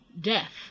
Death